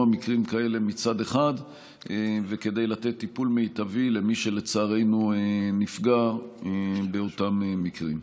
מקרים כאלה וכדי לתת טיפול מיטבי למי שלצערנו נפגע באותם מקרים.